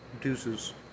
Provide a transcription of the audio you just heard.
Deuces